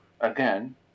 again